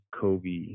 Kobe